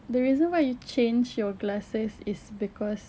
the reason why you change your glasses is because